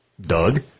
Doug